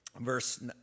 Verse